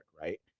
right